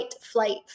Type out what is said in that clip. flight